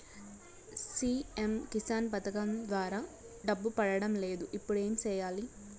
CM Kisan పథకం ద్వారా డబ్బు పడడం లేదు ఇప్పుడు ఏమి సేయాలి